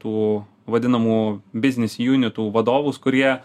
tų vadinamų biznis junitų vadovus kurie